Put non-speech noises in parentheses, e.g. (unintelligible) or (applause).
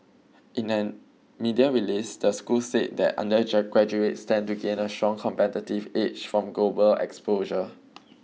in an media release the school said that under (unintelligible) graduates stand to gain a strong competitive edge from global exposure